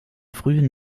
frühen